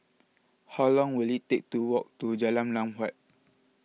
how long will it take to walk to Jalan Lam Huat